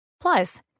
Plus